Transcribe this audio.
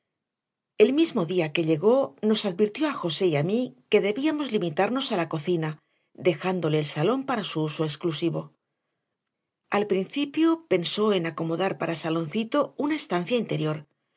el mismo día que llegó nos advirtió a josé y a mí que debíamos limitarnos a la cocina dejándole el salón para su uso exclusivo al principio pensó en acomodar para saloncito una estancia interior